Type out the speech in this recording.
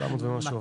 700 ומשהו.